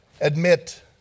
Admit